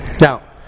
Now